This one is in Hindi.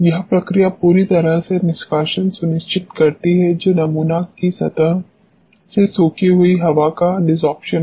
यह प्रक्रिया पूरी तरह से निष्कासन सुनिश्चित करती है जो नमूना की सतह से सोखी हुई हवा का डिसॉर्प्शन है